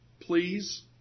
Please